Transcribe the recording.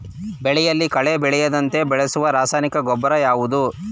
ಬೆಳೆಯಲ್ಲಿ ಕಳೆ ಬೆಳೆಯದಂತೆ ಬಳಸುವ ರಾಸಾಯನಿಕ ಗೊಬ್ಬರ ಯಾವುದು?